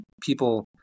people